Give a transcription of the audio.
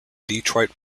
detroit